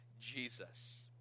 Jesus